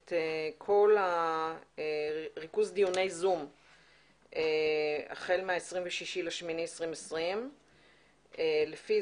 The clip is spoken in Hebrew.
את דיוני ה-זום החל מה-26 באוגוסט 2020. לפי